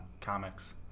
comics